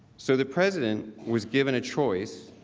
so the president was given a choice